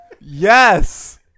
Yes